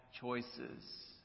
choices